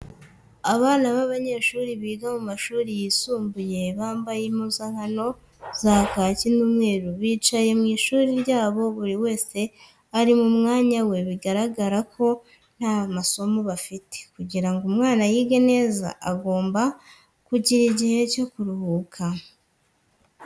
Abana b'abanyeshuri biga mu mashuri yisumbuye bamabaye impuzankano za kaki n'umweru bicaye mw'ishuri ryabo buri wese ari mu mwanya we biragaragara ko nta masomo bafite , kugirango umwana yige neza agomba no kugira igihe cyo kuruhuka.